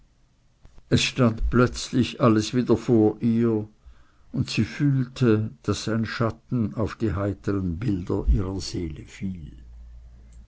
es stand plötzlich alles wieder vor ihr und sie fühlte daß ein schatten auf die heiteren bilder ihrer seele fiel